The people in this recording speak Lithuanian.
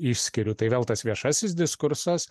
išskiriu tai vėl tas viešasis diskursas